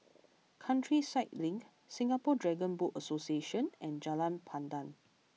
Countryside Link Singapore Dragon Boat Association and Jalan Pandan